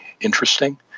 interesting